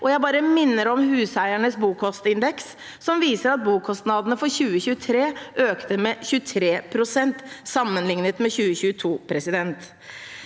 bare minner om Huseiernes bokostindeks, som viser at bokostnadene for 2023 økte med 23 pst. sammenlignet med 2022.